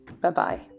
Bye-bye